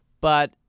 But-